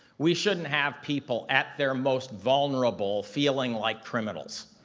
we shouldn't have people at their most vulnerable feeling like criminals.